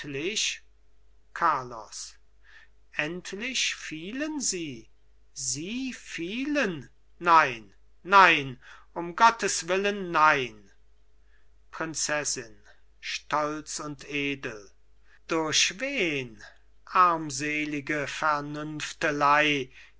carlos endlich fielen sie sie fielen nein nein um gottes willen nein prinzessin stolz und edel durch wen armselige